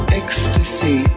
ecstasy